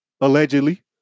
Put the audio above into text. Allegedly